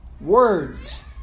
words